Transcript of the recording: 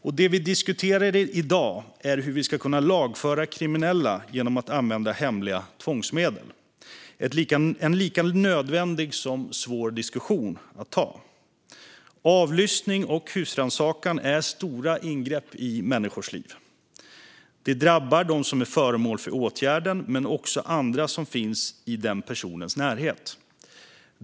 Det som vi diskuterar i dag är hur vi ska kunna lagföra kriminella genom att använda hemliga tvångsmedel. Det är en lika nödvändig som svår diskussion att ta. Avlyssning och husrannsakan är stora ingrepp i människors liv. Det drabbar dem som är föremål för åtgärden men också andra som finns i den personens närhet.